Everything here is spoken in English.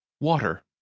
Water